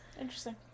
Interesting